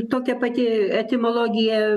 tokia pati etimologija